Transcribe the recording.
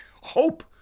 hope